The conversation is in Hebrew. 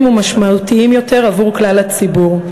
ומשמעותיים יותר עבור כלל הציבור.